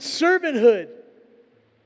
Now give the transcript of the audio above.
servanthood